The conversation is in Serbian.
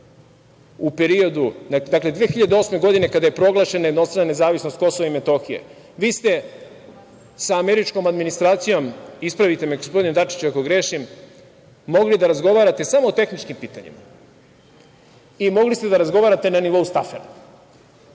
digresiju, 2008. godine kada je proglašena jednostrana nezavisnost Kosova i Metohije, vi ste sa američkom administracijom, ispravite me gospodine Dačiću, ako grešim, mogli da razgovarate samo o tehničkim pitanjima i mogli ste da razgovarate na nivou stafera. Danas,